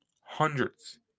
Hundreds